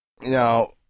Now